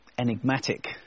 enigmatic